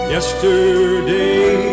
Yesterday